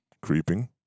creeping